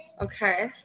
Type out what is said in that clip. Okay